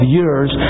years